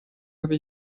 habe